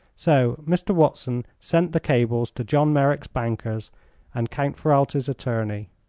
so mr. watson sent the cables to john merrick's bankers and count ferralti's attorney,